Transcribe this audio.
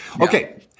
okay